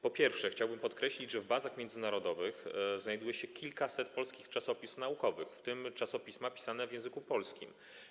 Po pierwsze, chciałbym podkreślić, że w bazach międzynarodowych znajduje się kilkaset polskich czasopism naukowych, w tym czasopisma pisane w języku polskim.